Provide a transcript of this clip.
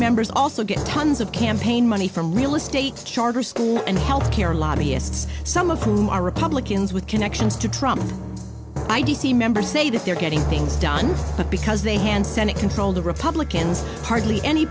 members also get tons of campaign money from real estate charter schools and health care lobbyists some of whom are republicans with connections to i d c members say that they're getting things done but because they hand senate control the republicans hardly any